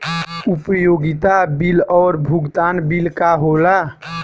उपयोगिता बिल और भुगतान बिल का होला?